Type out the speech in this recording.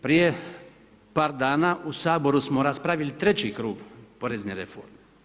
Prije par dana u Saboru smo raspravili treći krug porezne reforme.